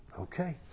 okay